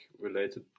related